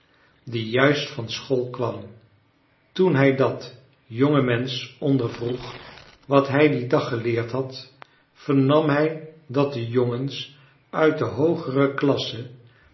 die juist van school kwam toen hij dat jongemensch ondervroeg wat hij dien dag geleerd had vernam hij dat de jongens uit de hoogere klas